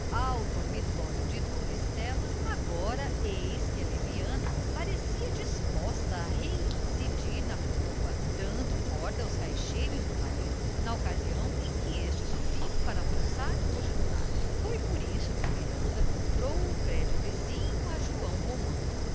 dormitório de dona estela agora eis que a leviana parecia disposta a reincidir na culpa dando corda aos caixeiros do marido na ocasião em que estes subiam para almoçar ou jantar foi por isso que o miranda comprou o prédio vizinho a joão romão